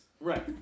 Right